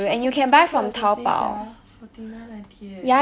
Charles and Keith one so expensive sia forty nine ninety eh